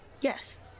yes